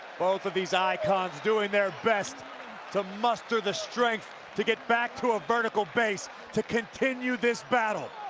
both of these icons doing their best to muster the strength to get back to a vertical base to continue this battle.